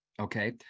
Okay